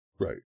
Right